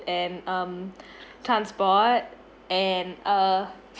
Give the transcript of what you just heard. and um transport and uh